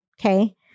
Okay